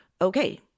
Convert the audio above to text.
Okay